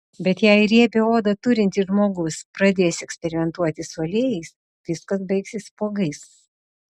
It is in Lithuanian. bet jei riebią odą turintis žmogus pradės eksperimentuoti su aliejais viskas baigsis spuogais